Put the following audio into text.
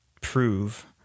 prove